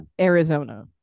Arizona